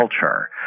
culture